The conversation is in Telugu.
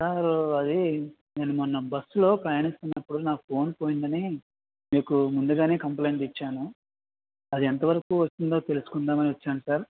సార్ అది నేను మొన్న బస్సులో ప్రయాణిస్తున్నప్పుడు నా ఫోన్ పోయింది అని మీకు ముందుగానే కంప్లయింట్ ఇచ్చాను అది ఎంతవరకు వచ్చిందో తెలుసుకుందాము అని వచ్చాను సార్